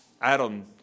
Adam